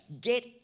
Get